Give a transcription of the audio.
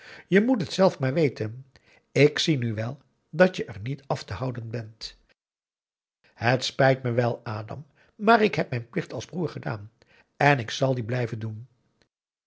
je moet het zelf maar weten ik zie nu wel dat je er niet af te houden bent het spijt me wel adam maar ik heb mijn plicht als broer gedaan en ik zal dien blijven doen